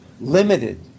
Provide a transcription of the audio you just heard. limited